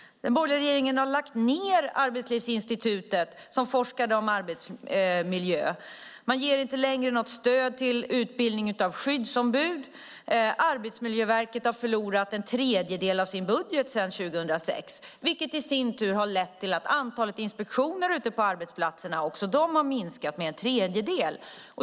Den borgerliga regeringen har lagt ned Arbetslivsinstitutet, som forskade om arbetsmiljö. Regeringen ger inte längre något stöd till utbildning av skyddsombud. Arbetsmiljöverket har förlorat en tredjedel av sin budget sedan 2006, vilket i sin tur har lett till att antalet inspektioner ute på arbetsplatserna också har minskat med en tredjedel.